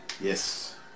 Yes